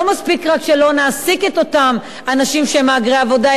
לא מספיק שלא נעסיק את אותם אנשים שהם מהגרי עבודה,